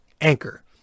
Anchor